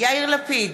יאיר לפיד,